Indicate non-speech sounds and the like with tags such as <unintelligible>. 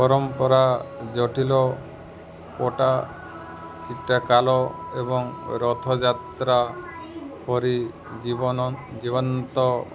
ପରମ୍ପରା ଜଟିିଲ ପୋଟା <unintelligible> ଏବଂ ରଥଯାତ୍ରା ପରି ଜୀବନ ଜୀବନ୍ତ